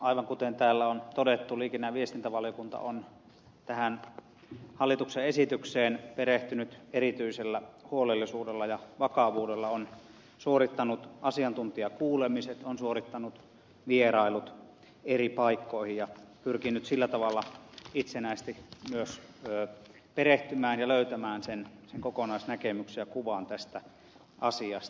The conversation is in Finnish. aivan kuten täällä on todettu liikenne ja viestintävaliokunta on tähän hallituksen esitykseen perehtynyt erityisellä huolellisuudella ja vakavuudella on suorittanut asiantuntijakuulemiset on suorittanut vierailut eri paikkoihin ja pyrkinyt sillä tavalla itsenäisesti myös perehtymään asiaan ja löytämään sen kokonaisnäkemyksen ja kuvan tästä asiasta